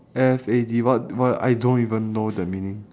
F A D what what I don't even know the meaning